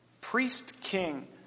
priest-king